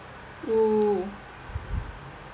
oo